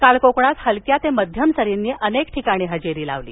काल कोकणात हलक्या ते मध्यम सरींनी अनेक ठिकाणी हजेरी लावली